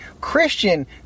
Christian